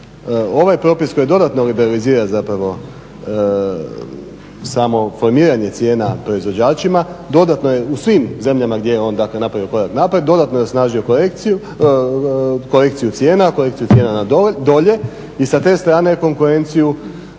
Ovaj propis koji dodatno liberalizira zapravo samo formiranje cijena proizvođačima dodatno je u svim zemljama gdje je on, dakle napravio korak naprijed dodatno je osnažio korekciju cijena, korekciju cijena na dolje i sa te strane je konkurenciju